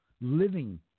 living